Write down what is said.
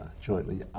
jointly